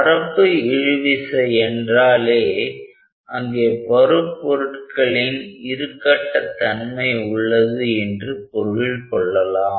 பரப்பு இழு விசை என்றாலே அங்கே பருப்பொருட்களின் இரு கட்ட தன்மை உள்ளது என்று பொருள் கொள்ளலாம்